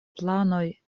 planoj